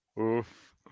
Oof